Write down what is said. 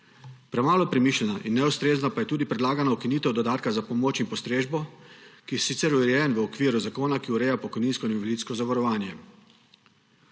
Premalo premišljena in neustrezna pa je tudi predlagana ukinitev dodatka za pomoč in postrežbo, ki je sicer urejen v okviru zakona, ki ureja pokojninsko in invalidsko zavarovanje.